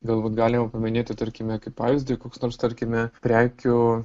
galbūt galima paminėti tarkime kaip pavyzdį koks nors tarkime prekių